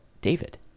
david